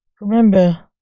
Remember